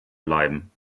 bleiben